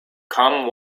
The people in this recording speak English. come